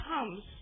comes